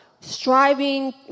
striving